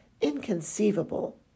inconceivable